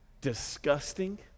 Disgusting